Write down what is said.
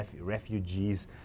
refugees